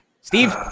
Steve